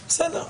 בסדר.